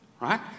right